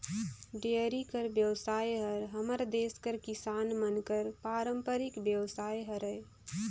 dairy कर बेवसाय हर हमर देस कर किसान मन कर पारंपरिक बेवसाय हरय